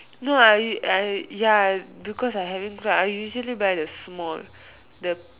no I I ya because I having flu I usually buy the small the